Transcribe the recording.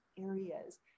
areas